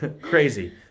Crazy